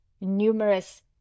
numerous